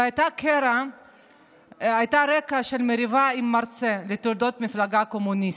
והיה רקע של מריבה עם מרצה בתולדות המפלגה הקומוניסטית.